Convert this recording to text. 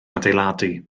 adeiladu